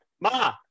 ma